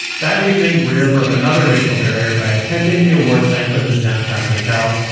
that evening, greer broke another racial barrier by attending the awards banquet at a downtown hotel,